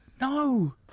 No